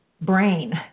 brain